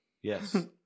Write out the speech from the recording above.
Yes